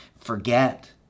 forget